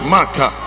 Maka